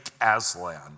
Aslan